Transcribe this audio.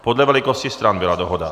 Podle velikosti stran byla dohoda.